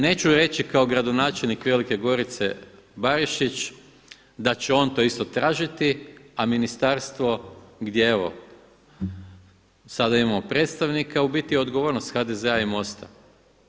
Neću reći kao gradonačelnik Velike Gorice Barišić da će on to isto tražiti, a ministarstvo gdje evo sada imamo predstavnika u biti odgovornost HDZ-a i MOST-a.